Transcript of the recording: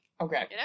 Okay